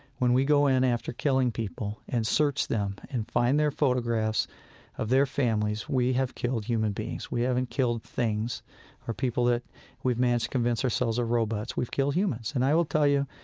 when we go in after killing people and search them and find their photographs of their families, we have killed human beings. we haven't killed things or people that we've managed to convince ourselves are robots. we've killed humans. and i will tell you,